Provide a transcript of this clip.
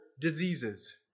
diseases